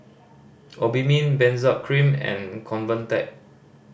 Obimin Benzac Cream and Convatec